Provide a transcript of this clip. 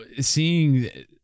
seeing